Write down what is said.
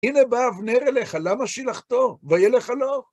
הנה בא אבנר אליך, למה שילחתו, ואיליך לא?